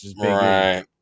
Right